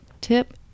tip